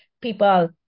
people